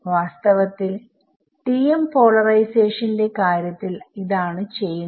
വാസ്തവത്തിൽ TM പോളറൈസേഷന്റെ കാര്യത്തിൽ അതാണ് ചെയ്യുന്നത്